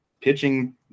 Pitching